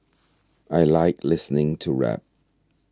I like listening to rap